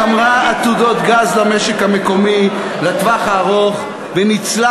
שמרה עתודות גז למשק המקומי לטווח הארוך וניצלה